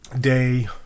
day